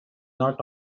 not